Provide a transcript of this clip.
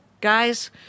guys